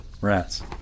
Rats